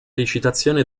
recitazione